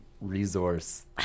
resource